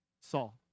Saul